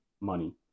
money